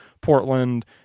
Portland